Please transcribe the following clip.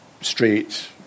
straight